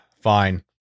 fine